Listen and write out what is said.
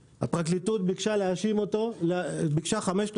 הפרקליטות ביקשה להכניס אותו לכלא לחמש שנות